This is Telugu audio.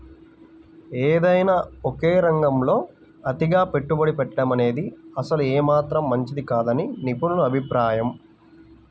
ఏదైనా ఒకే రంగంలో అతిగా పెట్టుబడి పెట్టడమనేది అసలు ఏమాత్రం మంచిది కాదని నిపుణుల అభిప్రాయం